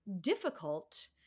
difficult